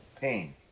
pain